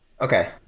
Okay